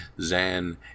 Zan